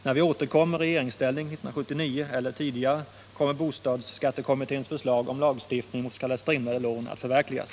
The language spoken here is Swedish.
När vi återkommer i regeringsställning — 1979 eller tidigare - kommer bostadsskattekommitténs förslag om lagstiftning mot s.k. strimlade lån att förverkligas.